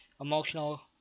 emotional